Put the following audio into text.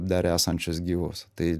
dar esančius gyvus tai